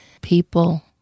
people